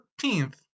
14th